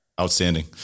Outstanding